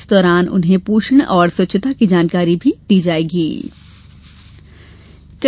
इस दौरान उन्हें पोषण और स्वच्छता की जानकारी भी दी जा रही है